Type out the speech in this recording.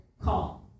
call